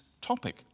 topic